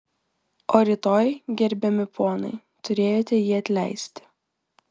o rytoj gerbiami ponai turėjote jį atleisti